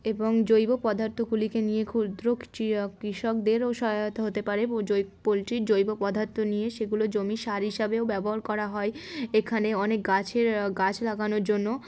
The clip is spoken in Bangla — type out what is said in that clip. এবং জৈব পদার্থগুলিকে নিয়ে ক্ষুদ্র কৃষকদেরও সহায়তা হতে পারে পোলট্রির জৈব পদার্থ নিয়ে সেগুলো জমি সার হিসাবেও ব্যবহার করা হয় এখানে অনেক গাছের গাছ লাগানোর জন্য